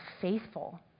faithful